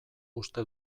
uste